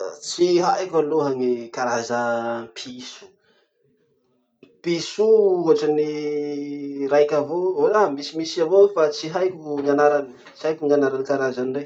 Tsy haiko aloha gny karazam-piso. Piso io hotrany raiky avao, misimisy avao io fa tsy haiko ny anarany. Tsy haiko anaran'ny karazany rey.